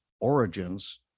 origins